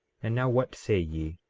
and now what say ye?